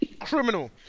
criminal